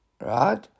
Right